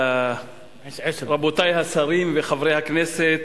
רבותי השרים וחברי הכנסת,